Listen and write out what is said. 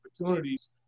opportunities